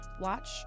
Watch